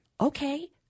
okay